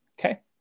Okay